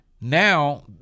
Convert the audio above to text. Now